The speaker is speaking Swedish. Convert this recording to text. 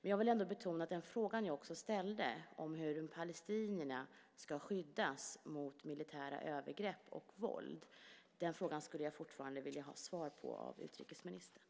Jag vill ändå betona att jag fortfarande vill ha svar från utrikesministern på den fråga jag ställde om hur palestinierna ska skyddas mot militära övergrepp och våld.